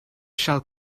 shall